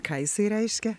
ką jisai reiškia